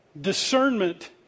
Discernment